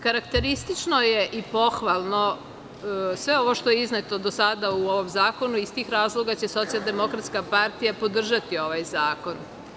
Karakteristično je i pohvalno sve ovo što je izneto do sada u ovom zakona iz tih razloga će SDPS podržati taj zakon.